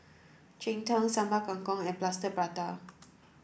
Cheng Tng Sambal Kangkong and Plaster Prata